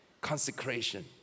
consecration